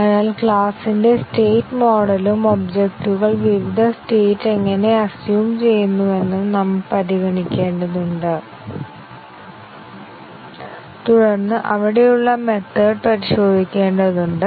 അതിനാൽ ക്ലാസിന്റെ സ്റ്റേറ്റ് മോഡലും ഒബ്ജക്റ്റുകൾ വിവിധ സ്റ്റേറ്റ് എങ്ങനെ അസ്സ്യൂം ചെയ്യുന്നുവെന്നും നമ്മൾ പരിഗണിക്കേണ്ടതുണ്ട് തുടർന്ന് അവിടെയുള്ള മെത്തേഡ് പരിശോധിക്കേണ്ടതുണ്ട്